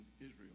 Israel